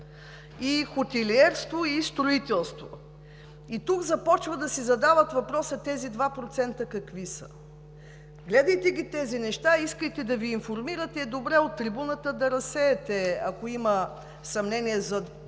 и хотелиерство, и строителство. Тук започват да си задават въпроса: тези 2% какви са? Гледайте ги тези неща, искайте да Ви информират и е добре от трибуната да разсеете, ако има съмнение за